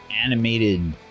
animated